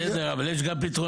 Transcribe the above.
בסדר, אבל יש גם פתרונות.